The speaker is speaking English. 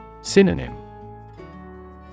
Synonym